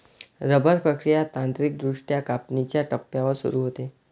rubber प्रक्रिया तांत्रिकदृष्ट्या कापणीच्या टप्प्यावर सुरू होते